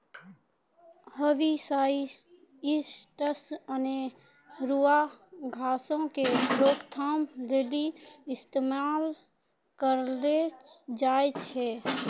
herbicides अनेरुआ घासो के रोकथाम लेली इस्तेमाल करलो जाय छै